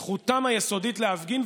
זכותם היסודית להפגין,